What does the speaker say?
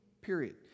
Period